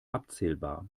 abzählbar